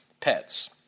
pets